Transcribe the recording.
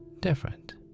different